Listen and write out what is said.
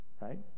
right